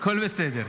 הכול בסדר.